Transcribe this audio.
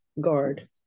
guard